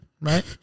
right